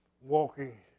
walking